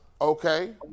Okay